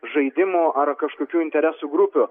žaidimų ar kažkokių interesų grupių